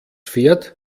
fährt